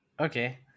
Okay